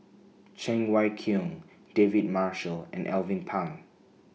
Cheng Wai Keung David Marshall and Alvin Pang